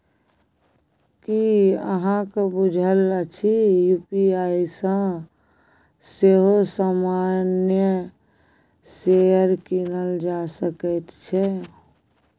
की अहाँक बुझल अछि यू.पी.आई सँ सेहो सामान्य शेयर कीनल जा सकैत छै?